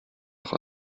auch